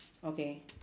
okay